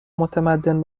متمدن